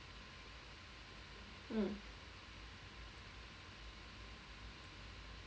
mm